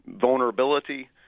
vulnerability